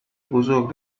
بزرگ